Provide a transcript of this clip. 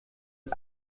uns